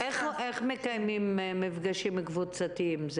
איך מקיימים מפגשים קבוצתיים?